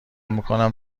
میکنم